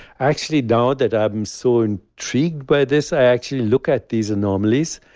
actually now that i'm so and intrigued by this, i actually look at these anomalies.